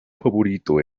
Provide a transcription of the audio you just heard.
favorito